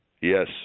Yes